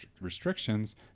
restrictions